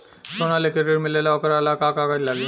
सोना लेके ऋण मिलेला वोकरा ला का कागज लागी?